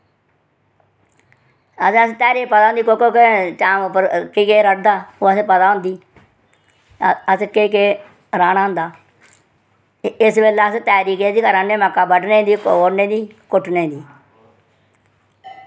ते ओह् पता होंदी किदा ओह् असेंगी पता होंदी असें केह् केह् रढ़दा केह् केह् राह्ना होंदा ते इस बेल्लै अस त्यारी केह्दी कराने आं मक्कां बड्ढनै दी कोड़नै दी कुट्टै दी